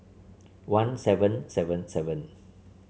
one seven seven seven